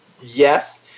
yes